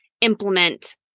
implement